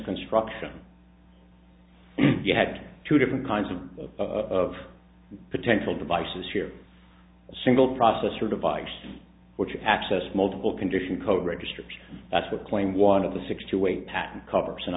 construction you had two different kinds of of potential devices here a single processor device which access multiple condition code registers that's what claim one of the six to eight patent covers and